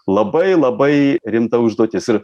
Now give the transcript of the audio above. labai labai rimta užduotis ir